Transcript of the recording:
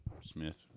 Smith